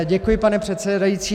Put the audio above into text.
Děkuji, pane předsedající.